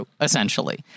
essentially